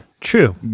True